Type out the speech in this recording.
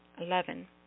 Eleven